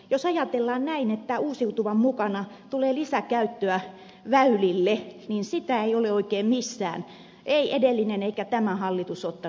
jos ajatellaan näin että uusiutuvan mukana tulee lisäkäyttöä väylille niin sitä eivät ole oikein missään edellinen eikä tämä hallitus ottaneet huomioon